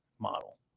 model